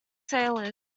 sailors